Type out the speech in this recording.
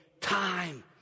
time